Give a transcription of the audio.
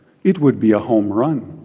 it would be a home run.